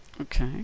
Okay